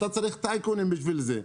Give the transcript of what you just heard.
אתה צריך טייקונים בשביל זה.